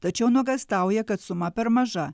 tačiau nuogąstauja kad suma per maža